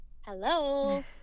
hello